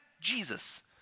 Jesus